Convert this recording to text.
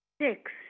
Six